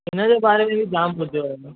हिनजे बारे में बि जाम ॿुधो आहे मां